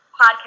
podcast